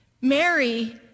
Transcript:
Mary